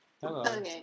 Hello